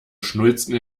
schnulzen